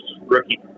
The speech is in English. rookie